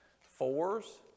Fours